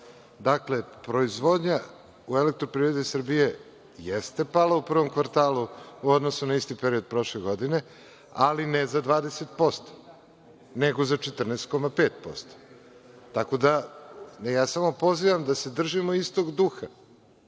informacije. Proizvodnja u EPS-u jeste pala u prvom kvartalu u odnosu na isti period prošle godine, ali ne za 20%, nego za 14,5%. Tako da, ja samo pozivam da se držimo istog duha